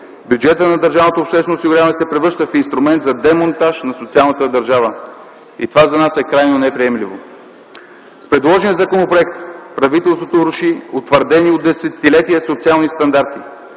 Бюджетът на държавното обществено осигуряване се превръща в инструмент за демонтаж на социалната държава. И това за нас е крайно неприемливо. С предложения законопроект правителството руши утвърдени от десетилетия социални стандарти.